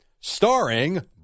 starring